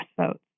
votes